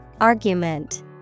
Argument